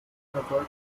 deutete